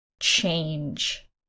change